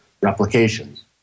replications